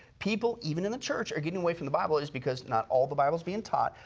people even in the church are getting away from the bible is because not all the bible is being taught.